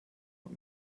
und